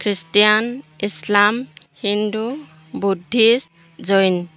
খ্ৰীষ্টান ইছলাম হিন্দু বুদ্ধিষ্ট জৈন